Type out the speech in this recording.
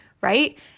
right